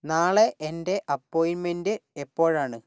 നാളെ എന്റെ അപ്പോയിൻമെൻറ്റ് എപ്പോഴാണ്